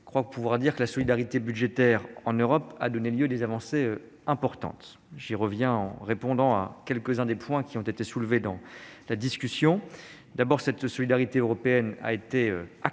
je crois pouvoir dire que la solidarité budgétaire en Europe a connu des avancées importantes. Je vais en dire un mot en répondant à quelques-uns des points qui ont été soulevés dans la discussion. D'abord, cette solidarité européenne a été actée